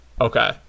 Okay